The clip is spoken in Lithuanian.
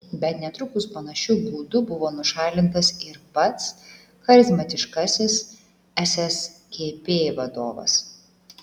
bet netrukus panašiu būdu buvo nušalintas ir pats charizmatiškasis sskp vadovas